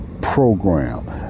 Program